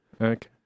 Okay